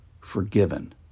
forgiven